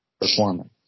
performance